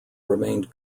remained